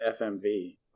FMV